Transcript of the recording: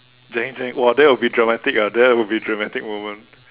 !wah! that would be dramatic ah that would be dramatic moment